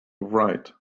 write